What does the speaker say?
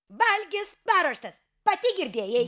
valgis paruoštas pati girdėjau